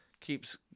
keeps